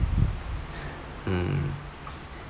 mm